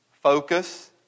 focus